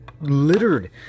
littered